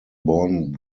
born